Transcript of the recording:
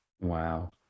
wow